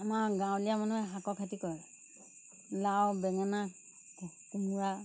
আমাৰ গাঁৱলীয়া মানুহে শাকৰ খেতি কৰে লাও বেঙেনা কোমোৰা